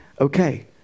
Okay